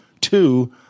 two